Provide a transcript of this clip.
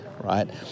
Right